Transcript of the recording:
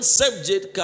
subject